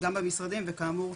גם במשרדים וכאמור,